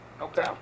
Okay